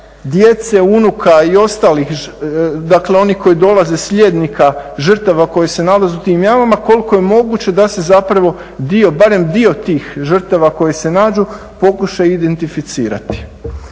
djece unuka i ostalih dakle oni koji dolaze slijednika žrtava koji se nalaze u tim jamama koliko je moguće da se dio, barem dio tih žrtava koje se nađu pokušaju identificirati.